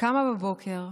קמה בבוקר,